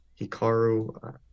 hikaru